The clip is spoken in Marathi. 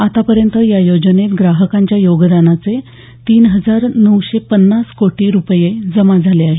आतापर्यंत या योजनेत ग्राहकांच्या योगदानाचे तीन हजार नऊशे पन्नास कोटी रुपये जमा झाले आहेत